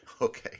Okay